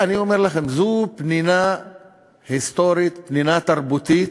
אני אומר לכם, זו פנינה היסטורית, פנינה תרבותית,